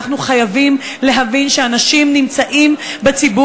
אנחנו חייבים להבין שאנשים נמצאים בחוץ